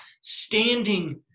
standing